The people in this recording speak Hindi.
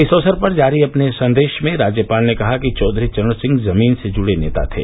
इस अवसर पर जारी अपने संदेश में राज्यपाल ने कहा कि चौधरी चरण सिंह जमीन से जुड़े नेता थे